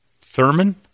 Thurman